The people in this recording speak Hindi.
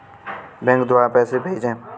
बैंक द्वारा पैसे कैसे भेजें?